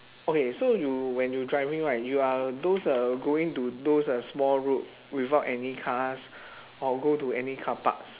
okay so you when you driving right you are those uh going to those uh small road without any cars or go to any carparks